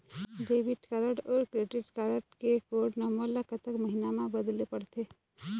Debit card अऊ credit card के code number ला कतक महीना मा बदले पड़थे?